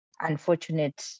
unfortunate